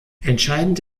entscheidend